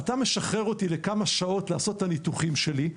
אתה משחרר אותי לכמה שעות לעשות את הניתוחים שלי,